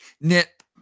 Nip